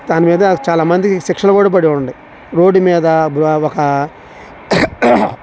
దాని మీద చాలా మందికి శిక్షలు కూడా పడి ఉన్నాయి రోడ్డు మీద ఒక